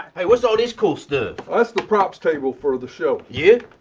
what's all this cool stuff? that's the props table for the show. yeah?